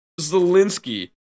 Zelensky